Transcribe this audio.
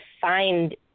find